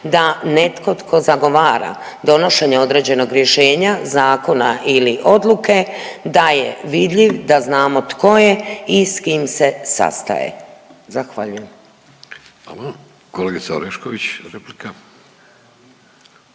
da netko tko zagovara donošenje određenog rješenja zakona ili odluke da je vidljiv, da znamo tko je i s kim se sastaje. Zahvaljujem. **Vidović, Davorko